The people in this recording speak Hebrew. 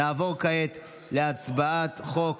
נעבור כעת להצבעה על חוק